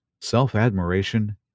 self-admiration